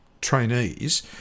trainees